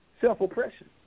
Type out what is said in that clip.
Self-oppression